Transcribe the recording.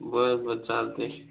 बरं बरं चालतं आहे